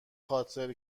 خاطر